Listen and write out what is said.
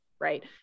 right